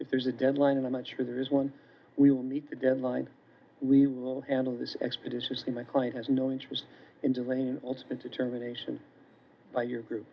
if there's a deadline and i'm not sure there is one we will meet the deadline we will handle this expeditiously my client has no interest in delaying the determination by your group